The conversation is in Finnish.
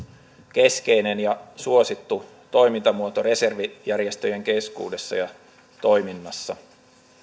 keskeinen ja suosittu toimintamuoto reservijär jestöjen keskuudessa ja toiminnassa